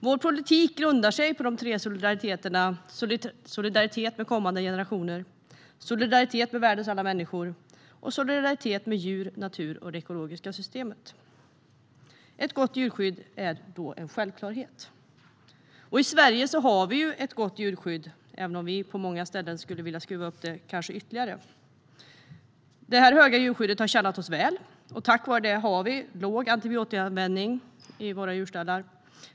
Vår politik grundar sig på de tre solidariteterna: solidaritet med kommande generationer, solidaritet med världens alla människor och solidaritet med djur, natur och det ekologiska systemet. Ett gott djurskydd är då en självklarhet. I Sverige har vi ett gott djurskydd, även om vi skulle vilja öka det ytterligare på många områden. Det starka djurskyddet har tjänat oss väl. Tack vare det har vi låg antibiotikaanvändning i våra djurstallar.